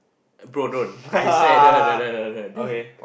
bro don't I said I don't want don't want don't want